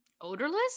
Odorless